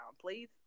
please